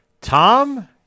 Tom